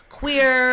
queer